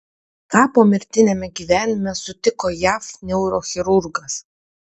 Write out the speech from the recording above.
ką pomirtiniame gyvenime sutiko jav neurochirurgas